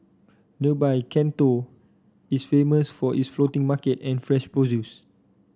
nearby Can Tho is famous for its floating market and fresh produce